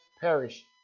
perish